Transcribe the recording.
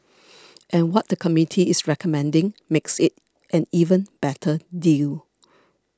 and what the committee is recommending makes it an even better deal